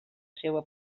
seua